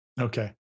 Okay